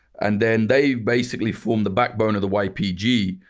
and then they basically formed the backbone of the ypg.